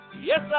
Yes